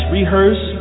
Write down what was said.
rehearse